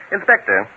Inspector